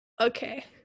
Okay